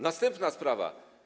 Następna sprawa.